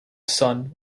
sun